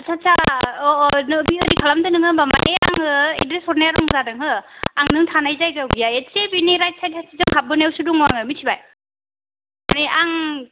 आदसा आदसा अ अ बेबायदि खालामदों नो होमब्ला माने आङो एड्रेस हरनाया रं जादों हो आं नों थानाय जायगायाव गैया एसे बेनि राइट साइडजों हाबबोनायावसो दङ मिन्थिबाय माने आं